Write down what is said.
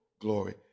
glory